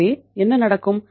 எனவே என்ன நடக்கும்